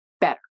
better